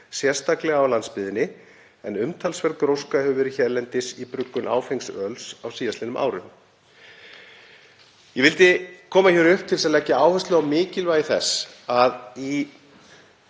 sérstaklega á landsbyggðinni, en umtalsverð gróska hefur verið hérlendis í bruggun áfengs öls á síðastliðnum árum.“ Ég vildi koma hingað upp til að leggja áherslu á mikilvægi þess að í